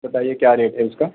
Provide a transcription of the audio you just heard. बताइये क्या रेट है उसका